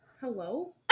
hello